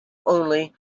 only